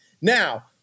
Now